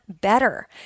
better